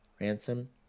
Ransom